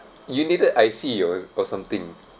you need the I_C or or something